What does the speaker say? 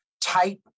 type